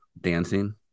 dancing